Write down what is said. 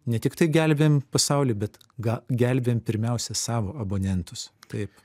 ne tiktai gelbėjam pasaulį bet ga gelbėjam pirmiausia savo abonentus taip